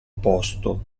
posto